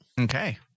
Okay